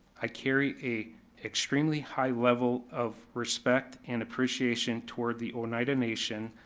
i carry a extremely high level of respect and appreciation toward the oneida nation,